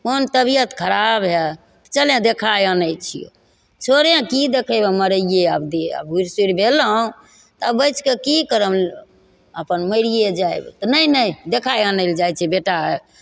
मोन तबियत खराब हइ तऽ चलय देखाय आनय छियौ छोड़य की देखेबय मरयइये आब दे आब बुढ़ सुढ़ भेलहुँ तब बचि कऽ की करब अपन मरिये जायब तऽ नहि नहि देखाय आनय लए जाइ छनि बेटा